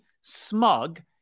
smug